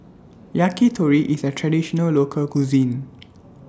Yakitori IS A Traditional Local Cuisine